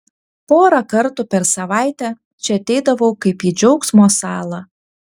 porą kartų per savaitę čia ateidavau kaip į džiaugsmo salą